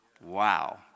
Wow